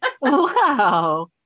Wow